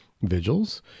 vigils